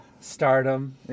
stardom